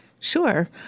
Sure